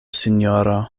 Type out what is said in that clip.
sinjoro